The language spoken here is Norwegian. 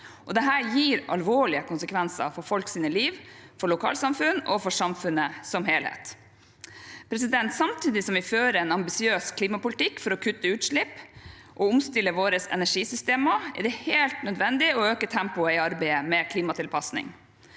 Dette gir alvorlige konsekvenser for folks liv, for lokalsamfunn og for samfunnet som helhet. Samtidig som vi fører en ambisiøs klimapolitikk for å kutte utslipp og omstille våre energisystemer, er det helt nødvendig å øke tempoet i arbeidet med klimatilpasning.